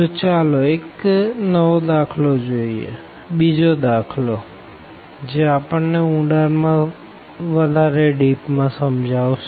તો ચાલો એક નવો દાખલો લઇએબીજો દાખલો જે આપણને વધારે ઊંડાણ માં સમજાવશે